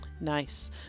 Nice